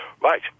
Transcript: Right